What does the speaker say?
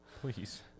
Please